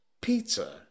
Pizza